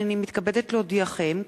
הנני מתכבדת להודיעכם,